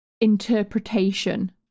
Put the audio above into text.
interpretation